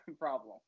problem